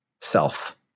self